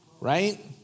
right